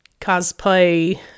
cosplay